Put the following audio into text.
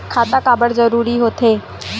खाता काबर जरूरी हो थे?